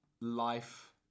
life